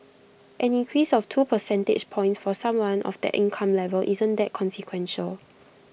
an increase of two percentage points for someone of that income level isn't that consequential